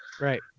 right